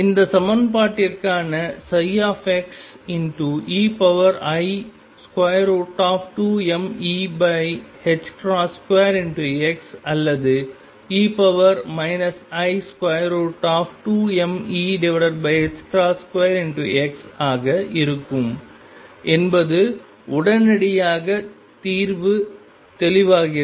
இந்த சமன்பாட்டிற்கான ψ ei2mE2x அல்லது e i2mE2x ஆக இருக்கும் என்பது உடனடியாக தீர்வு தெளிவாகிறது